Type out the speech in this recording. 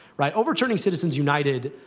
right. overturning citizens united